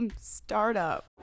startup